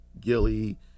Gilly